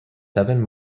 seven